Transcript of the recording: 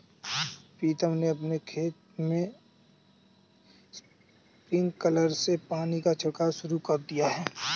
प्रीतम ने अपने खेत में स्प्रिंकलर से पानी का छिड़काव शुरू कर दिया है